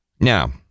Now